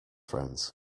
friends